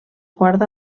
guarda